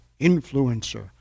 influencer